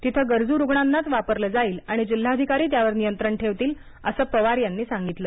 तिथं गरजू रुग्णांनाच वापरलं जाईल आणि जिल्हाधिकारी त्यावर नियंत्रण ठेवतील असं पवार यांनी सांगितलं